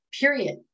period